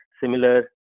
similar